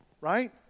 Right